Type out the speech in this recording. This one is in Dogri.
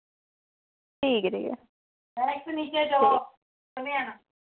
ठीक ऐ ठीक ऐ ठीक